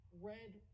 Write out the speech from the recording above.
Red